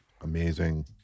amazing